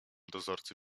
dozorcy